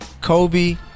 Kobe